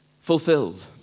Fulfilled